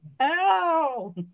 Ow